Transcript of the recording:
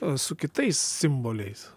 su kitais simboliais